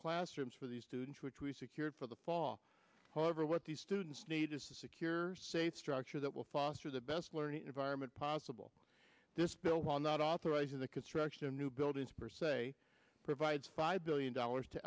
classrooms for the students which we secured for the fall however what the students need to secure safe structure that will foster the best learning environment possible this bill will not authorize the construction of new buildings for say provides five billion dollars to